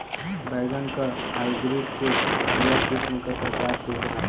बैगन के हाइब्रिड के बीया किस्म क प्रकार के होला?